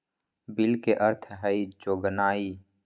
bill के अर्थ हइ जोगनाइ